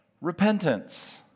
repentance